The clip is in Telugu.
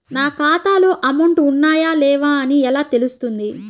నా ఖాతాలో అమౌంట్ ఉన్నాయా లేవా అని ఎలా తెలుస్తుంది?